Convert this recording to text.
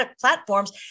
platforms